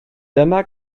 dyma